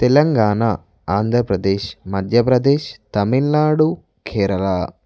Telangana Andhra Pradesh Madhya Pradesh Tamil Nadu Kerala